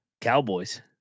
Cowboys